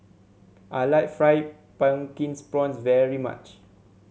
I like Fried Pumpkin Prawns very much